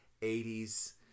80s